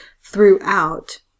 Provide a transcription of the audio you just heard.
throughout